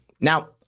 Now